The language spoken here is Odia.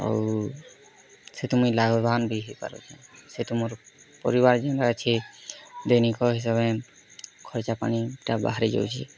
ଆଉ ସେଥି ମୁଇଁ ଲାଭବାନ୍ ବି ହେଇପାରୁଚେଁ ସେଥୁ ମୋର ପରିବାର ଯେନ୍ତା ଅଛେ ଦୈନିକ ହିସାବ୍ରେ ଖର୍ଚ୍ଚା ପାଣିଟା ବାହାରି ଯାଉଛେ